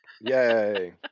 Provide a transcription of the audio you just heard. Yay